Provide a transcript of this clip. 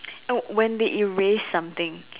no when they erase something